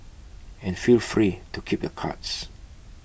and feel free to keep the cards